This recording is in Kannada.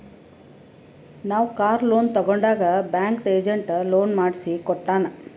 ನಾವ್ ಕಾರ್ ಲೋನ್ ತಗೊಂಡಾಗ್ ಬ್ಯಾಂಕ್ದು ಏಜೆಂಟ್ ಲೋನ್ ಮಾಡ್ಸಿ ಕೊಟ್ಟಾನ್